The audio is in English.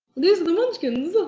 these are the munchkins!